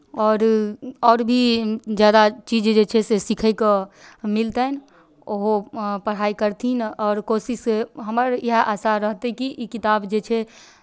आओर आओर भी ज्यादा चीज जे छै से सीखैके मिलतनि ओहो पढ़ाइ करथिन आओर कोशिश हमर इएह आशा रहतै कि ई किताब जे छै से